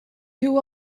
you